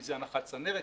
אם זו הנחת צנרת,